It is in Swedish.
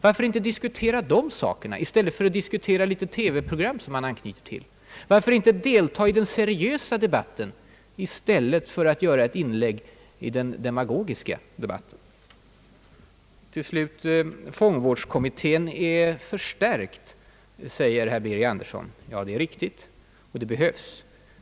Varför inte diskutera dessa saker? Varför inte delta i den seriösa debatten i stället för att göra inlägg i den demagogiska debatten? Fångvårdens byggnadskommitté är förstärkt, säger herr Birger Andersson. Ja, det är riktigt och det behövs.